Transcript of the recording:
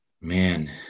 Man